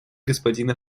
господина